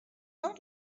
not